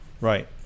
right